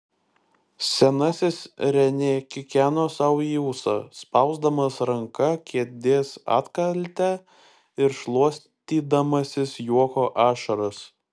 senasis renė kikeno sau į ūsą spausdamas ranka kėdės atkaltę ir šluostydamasis juoko ašaras